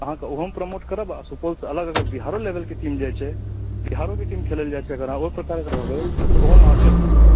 तऽ अहाँके ओहोमे प्रमोट करब आ सुपौलसँ अलग अगर बिहारो लेवलक टीम जाइ छै बिहारोके टीम खेलै लए जाइ छै अगर अहाँ ओहि प्रकारके रहबै तऽ ओहोमे अहाँके अथी अइ